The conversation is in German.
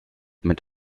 mit